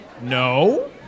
No